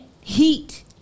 heat